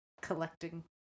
collecting